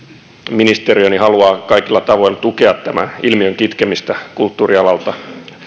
ministeriöni haluaa kaikilla tavoilla tukea tämän ilmiön kitkemistä kulttuurialalta